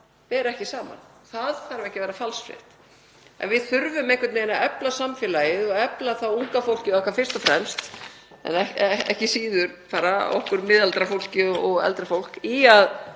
sem ber ekki saman. Það þarf ekki að vera falsfrétt. En við þurfum einhvern veginn að efla samfélagið í þessu og efla þá unga fólkið okkar fyrst og fremst, en ekki síður bara okkur miðaldra fólkið og eldra fólk, í að